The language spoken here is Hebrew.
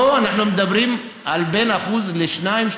פה אנחנו מדברים על בין 1% ל-2%,